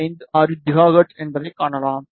456 gigahertz என்பதைக் காணலாம்